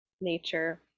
nature